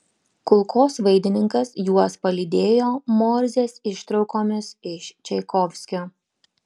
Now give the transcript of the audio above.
kulkosvaidininkas juos palydėjo morzės ištraukomis iš čaikovskio